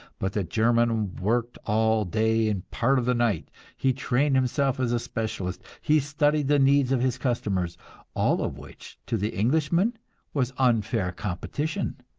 but the german worked all day and part of the night he trained himself as a specialist, he studied the needs of his customers all of which to the englishman was unfair competition.